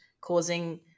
causing